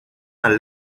más